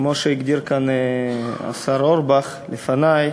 וכמו שהגדיר כאן השר אורבך לפני,